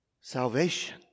salvation